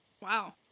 Wow